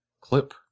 clip